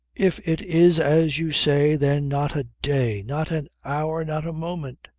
if it is as you say then not a day, not an hour, not a moment.